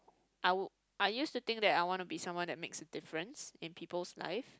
I would I used to think that I want to be someone that makes the difference in people's life